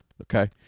okay